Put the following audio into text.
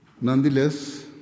Nonetheless